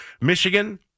Michigan